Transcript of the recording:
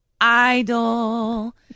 idol